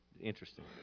interesting